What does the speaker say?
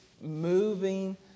moving